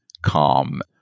Calm